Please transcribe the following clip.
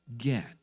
again